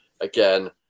again